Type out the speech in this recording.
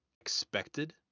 expected